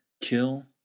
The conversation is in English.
kill